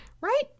Right